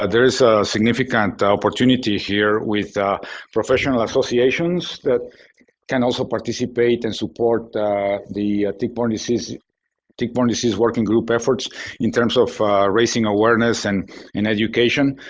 ah there's a significant opportunity here with professional associations that can also participate and support the tick-borne disease tick-borne disease working group efforts in terms of raising awareness and in education.